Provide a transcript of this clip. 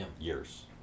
years